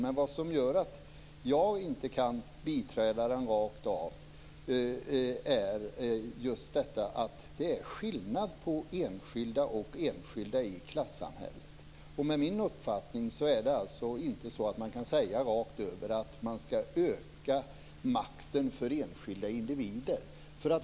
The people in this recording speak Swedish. Det som gör att jag inte kan biträda den rakt av är just detta att det är skillnad på enskilda och enskilda i klassamhället. Enligt min uppfattning kan vi inte säga att man rakt över skall öka makten för enskilda individer.